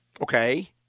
Okay